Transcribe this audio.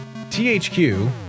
THQ